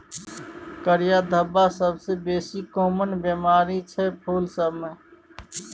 करिया धब्बा सबसँ बेसी काँमन बेमारी छै फुल सब मे